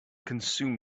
consume